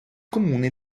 comune